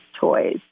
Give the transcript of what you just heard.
toys